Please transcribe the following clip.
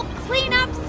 clean up